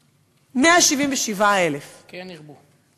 177,000. כן ירבו.